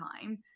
time